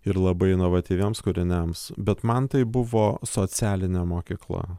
ir labai inovatyviems kūriniams bet man tai buvo socialinė mokykla